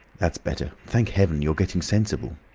that's better. thank heaven, you're getting sensible!